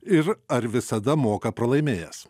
ir ar visada moka pralaimėjęs